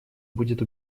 будет